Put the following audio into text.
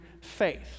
faith